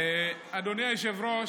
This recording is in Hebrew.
אדוני היושב-ראש,